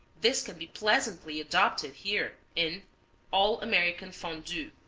this can be pleasantly adopted here in all-american fondue